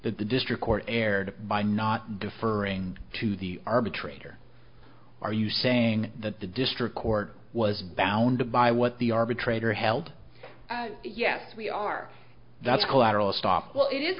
that the district court erred by not deferring to the arbitrator are you saying that the district court was bound by what the arbitrator held yes we are that's collateral estoppel it is